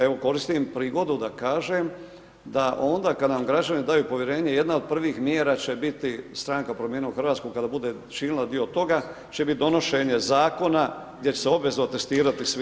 Evo koristim prigodu da kažem da onda kad nam građani daju povjerenje, jedna od prvih mjera će biti, Stranka promijenimo Hrvatsku kada bude činila dio toga, će biti donošenje Zakona gdje će se obavezno testirati svi na opijat.